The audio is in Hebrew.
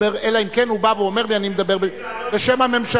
אלא אם כן הוא בא ואומר לי: אני מדבר בשם הממשלה.